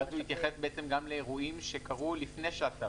אז הוא התייחס בעצם גם לאירועים שקרו לפני שהצו